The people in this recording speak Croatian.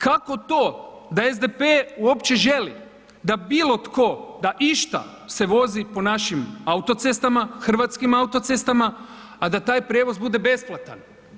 Kako to da SDP uopće želi da bilo tko, da išta se vozi po našim autocestama, hrvatskim autocestama a da taj prijevoz bude besplatan?